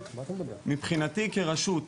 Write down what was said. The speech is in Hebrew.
מבחינתי, כרשות,